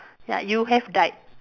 ya you have died